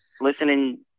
listening